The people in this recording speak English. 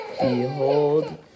behold